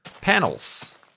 Panels